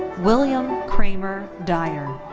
william kramer dyer.